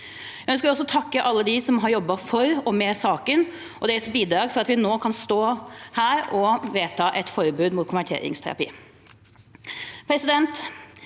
Jeg ønsker også å takke alle de som har jobbet for og med saken, og for deres bidrag for at vi nå kan vedta et forbud mot konverteringsterapi.